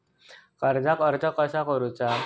कर्जाक अर्ज कसा करुचा?